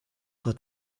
vor